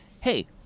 hey